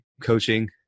coaching